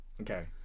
okay